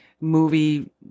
movie